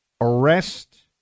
arrest